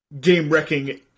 game-wrecking